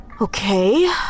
Okay